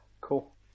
Cool